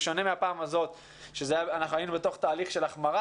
בשונה מהפעם הזאת שהיינו בתוך תהליך של החמרת